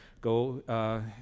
Go